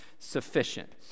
sufficient